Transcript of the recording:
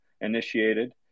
initiated